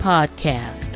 Podcast